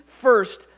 first